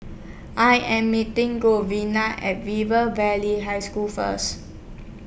I Am meeting Giovanna At River Valley High School First